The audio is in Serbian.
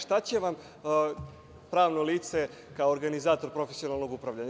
Šta će vam pravno lice, kao organizator profesionalnog upravljanja?